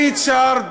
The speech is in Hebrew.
ריצ'ארד